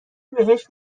بهش